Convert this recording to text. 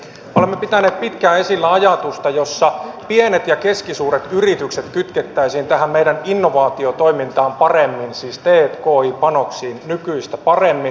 olemme pitäneet pitkään esillä ajatusta jossa pienet ja keskisuuret yritykset kytkettäisiin tähän meidän innovaatiotoimintaan paremmin siis t k i panoksiin nykyistä paremmin